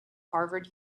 harvard